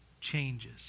changes